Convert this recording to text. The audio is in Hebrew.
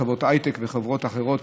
חברות הייטק וחברות אחרות,